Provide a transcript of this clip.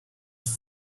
food